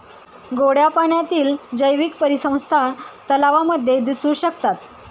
गोड्या पाण्यातील जैवीक परिसंस्था तलावांमध्ये दिसू शकतात